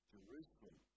Jerusalem